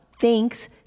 Thanks